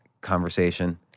conversation